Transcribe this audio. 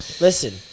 Listen